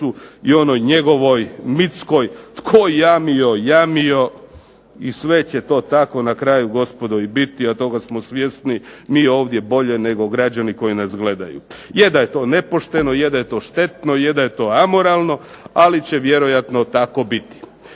i onoj njegovoj mitskoj "Tko jamio, jamio." I sve će to tako na kraju gospodo i biti, a toga smo svjesni mi ovdje bolje nego građani koji nas gledaju. Je da je to nepošteno, je da je to štetno, je da je to amoralno, ali će vjerojatno tako biti.